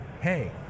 Hey